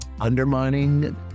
undermining